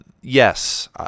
yes